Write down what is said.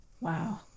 Wow